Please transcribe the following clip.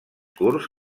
curts